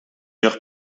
heure